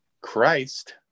Christ